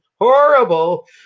Horrible